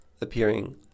appearing